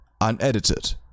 unedited